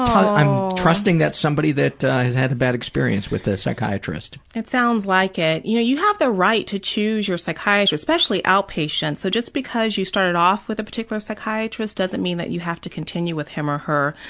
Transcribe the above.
i'm trusting that's somebody that has had a bad experience with a psychiatrist. dr. it sounds like it. you know you have the right to choose your psychiatrist, especially outpatients, so just because you started off with a particular psychiatrist doesn't mean that you have to continue with him or her.